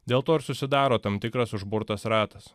dėl to ir susidaro tam tikras užburtas ratas